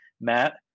Matt